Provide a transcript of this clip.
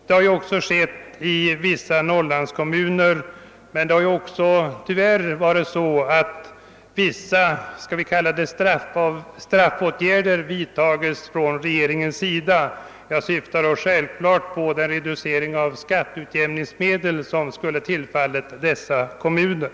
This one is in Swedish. Detta har skett i några Norrlandskommuner, men tyvärr har vissa »straffåtgärder» vidtagits av regeringen — jag syftar självklart på den reducering av skatteutjämningsmedel som skulle ha tillfallit dessa kommuner.